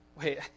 wait